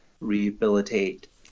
rehabilitate